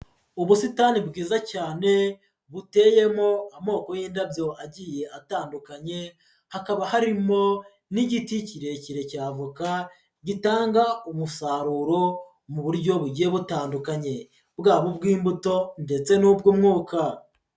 Ubusitani bwiza cyane buteyemo amoko y'indabyo agiye atandukanye, hakaba harimo n'igiti kirekire cy'avoka gitanga umusaruro mu buryo bugiye butandukanye bwaba ubw'imbuto ndetse n'ubw'umwuka.